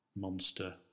monster